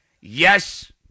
Yes